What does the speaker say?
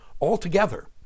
Altogether